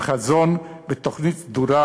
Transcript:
עם חזון ותוכנית סדורה,